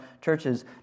churches